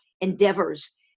endeavors